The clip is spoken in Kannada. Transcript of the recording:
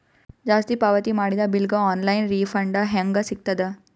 ಜಾಸ್ತಿ ಪಾವತಿ ಮಾಡಿದ ಬಿಲ್ ಗ ಆನ್ ಲೈನ್ ರಿಫಂಡ ಹೇಂಗ ಸಿಗತದ?